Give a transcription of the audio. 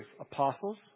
apostles